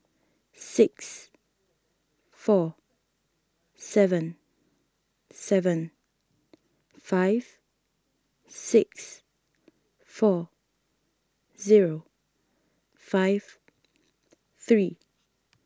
six four seven seven five six four zero five three